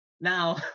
Now